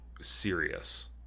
serious